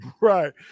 Right